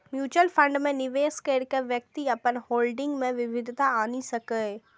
mutual fund मे निवेश कैर के व्यक्ति अपन होल्डिंग मे विविधता आनि सकैए